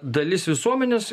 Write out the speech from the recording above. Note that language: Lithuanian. dalis visuomenės